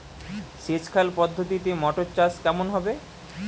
সেচ খাল পদ্ধতিতে মটর চাষ কেমন হবে?